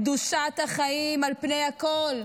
קדושת החיים על פני הכול,